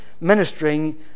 ministering